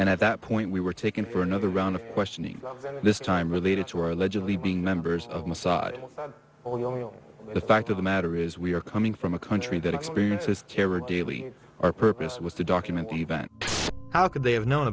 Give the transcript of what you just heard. and at that point we were taken for another round of questioning and this time related to our allegedly being members of mossad on the fact of the matter is we are coming from a country that experiences terror daily our purpose was to document the event how could they have known